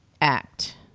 ACT